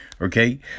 Okay